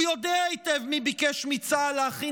הוא יודע היטב מי ביקש מצה"ל להכין